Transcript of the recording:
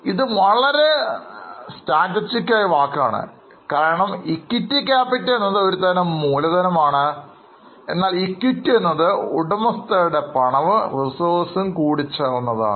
ഇത് തന്ത്രപരമായ വാക്കാണെന്ന് ഓർക്കുക കാരണം ഇക്വിറ്റി ക്യാപിറ്റൽ എന്നത് ഒരു തരം മൂലധനമാണ് എന്നാൽ ഇക്വിറ്റി എന്നത് ഉടമസ്ഥരുടെ പണവും Reserve വും കൂടിച്ചേർന്നതാണ്